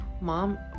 Mom